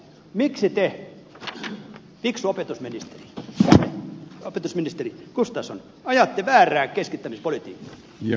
miksi te fiksu opetusministeri gustafsson ajatte väärää keskittämispolitiikkaa